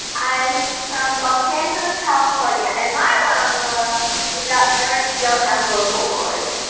i'm from los angeles, calif. um yeah and my wow in the world is that parrots don't have vocal chords.